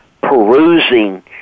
perusing